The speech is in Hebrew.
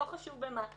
לא חשוב במה.